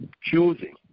choosing